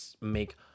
make